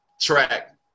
track